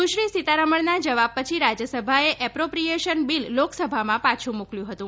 સુશ્રી સીતારામનના જવાબ પછી રાજ્યસભાએ એપ્રોપ્રિએશન બીલ લોકસભામાં પાછુ મોકલ્યું હતું